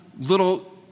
little